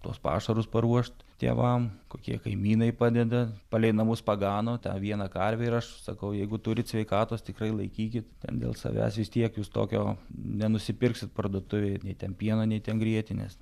tuos pašarus paruošt tėvam kokie kaimynai padeda palei namus pagano tą vieną karvę ir aš sakau jeigu turit sveikatos tikrai laikykit ten dėl savęs vis tiek jūs tokio nenusipirksit parduotuvėj nei ten pieno nei ten grietinės